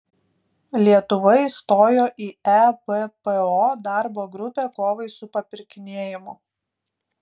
lietuva įstojo į ebpo darbo grupę kovai su papirkinėjimu